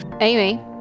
Amy